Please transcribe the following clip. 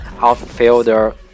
outfielder